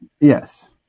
Yes